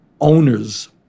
owners